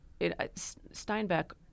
Steinbeck